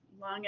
long